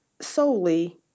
solely